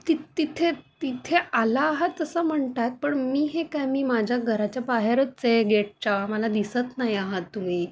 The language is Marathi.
तित तिथे तिथे आला आहात असं म्हणतात पण मी हे काय मी माझ्या घराच्या बाहेरच आहे गेटच्या मला दिसत नाही आहात तुम्ही